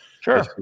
Sure